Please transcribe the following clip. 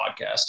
podcast